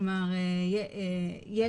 כלומר יש